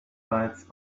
bites